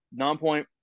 nonpoint